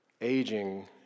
Aging